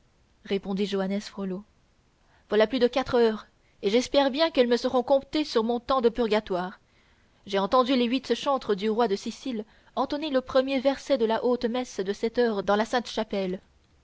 répondit joannes frollo voilà plus de quatre heures et j'espère bien qu'elles me seront comptées sur mon temps de purgatoire j'ai entendu les huit chantres du roi de sicile entonner le premier verset de la haute messe de sept heures dans la sainte-chapelle